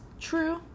true